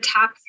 top